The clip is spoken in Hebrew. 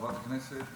חברת הכנסת